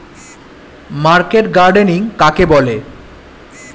Market gardening কাকে বলে?